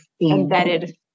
embedded